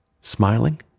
smiling